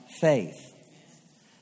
faith